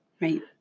Right